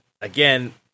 again